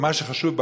ומה שחשוב,